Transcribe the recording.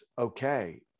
okay